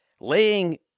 Laying